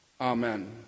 Amen